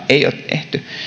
ei ole tehty